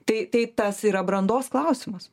tai tai tas yra brandos klausimas